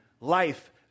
life